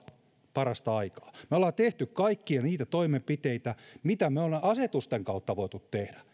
parasta aikaa me olemme tehneet kaikkia niitä toimenpiteitä mitä me olemme asetusten kautta voineet tehdä ja